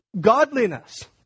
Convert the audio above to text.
Godliness